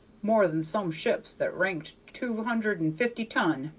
more than some ships that ranked two hundred and fifty ton,